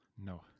No